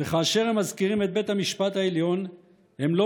וכאשר הם מזכירים את בית המשפט העליון הם לא